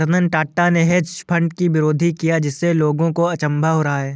रतन टाटा ने hedge fund की विरोध किया जिससे लोगों को अचंभा हो रहा है